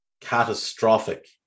catastrophic